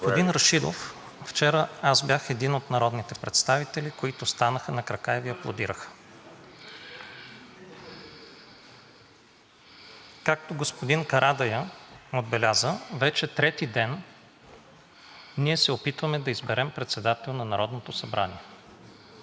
Господин Рашидов, вчера аз бях един от народните представители, които станаха на крака и Ви аплодираха. Както отбеляза господин Карадайъ, вече трети ден ние се опитваме да изберем председател на Народното събрание.